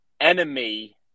enemy